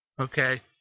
okay